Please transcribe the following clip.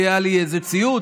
היה לי איזה ציוץ.